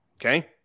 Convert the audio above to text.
Okay